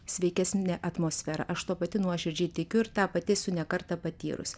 sveikesnė atmosfera aš ta pati nuoširdžiai tikiu ir tą pati esu ne kartą patyrus